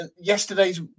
yesterday's